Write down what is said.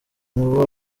nabo